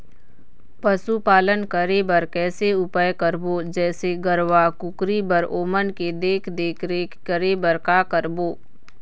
पशुपालन करें बर कैसे उपाय करबो, जैसे गरवा, कुकरी बर ओमन के देख देख रेख करें बर का करबो?